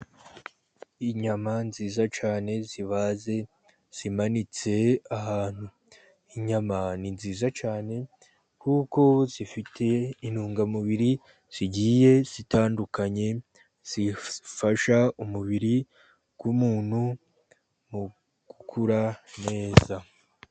Inyama nziza cyane zibaze, zimanitse ahantu, inyama ni nziza cyane, kuko zifite intungamubiri zigiye zitandukanye, zifasha umubiri w'umuntu mu gukura neza.